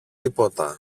τίποτα